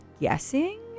guessing